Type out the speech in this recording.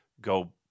go